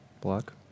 Block